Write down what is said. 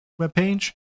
webpage